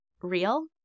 real